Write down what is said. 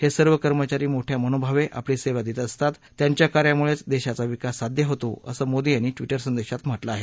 हे सर्व कर्मचारी मोठ्या मनोभावे आपली सेवा देत असतात त्यांच्या कार्यामुळेच देशाचा विकास साध्य होतो असं मोदी यांनी ट्विट संदेशात म्हटलं आहे